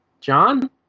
John